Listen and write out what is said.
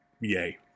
yay